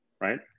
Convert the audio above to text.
Right